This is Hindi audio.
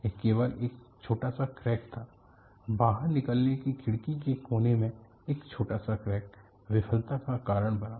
यह केवल एक छोटा सा क्रैक था बाहर निकलने की खिड़की के कोने में एक छोटा सा क्रैक विफलता का कारण बना